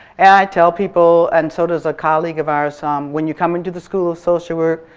and i'd tell people and so does a colleague of ours ah um when you come into the school of social work,